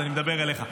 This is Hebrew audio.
אז אני מדבר אליך,